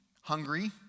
hungry